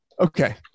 okay